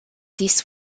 this